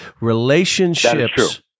Relationships